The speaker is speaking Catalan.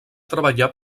treballar